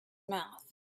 mouth